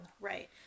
Right